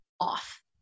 off